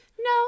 No